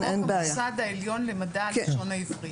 חוק המוסד העליון למדע הלשון העברית.